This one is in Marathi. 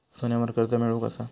सोन्यावर कर्ज मिळवू कसा?